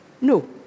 No